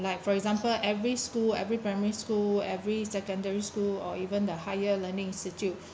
like for example every school every primary school every secondary school or even the higher learning institute